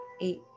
eight